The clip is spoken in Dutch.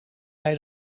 jij